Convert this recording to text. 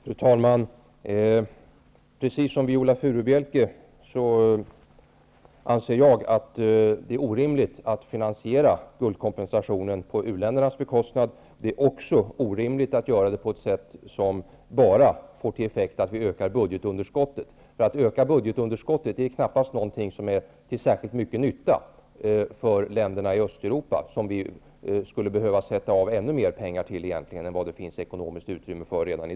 Fru talman! Jag anser, precis som Viola Furubjelke, att det är orimligt att finansierna guldkompensationen på u-ländernas bekostnad. Det är också orimligt att göra det på ett sätt som bara får till effekt att budgetunderskottet ökas. Att öka budgetunderskottet är knappast något som är till särskilt mycket nytta för länderna i Östeuropa-- som vi egentligen skulle behöva sätta av ännu mera pengar till än vad det finns ekonomiskt utrymme för i dag.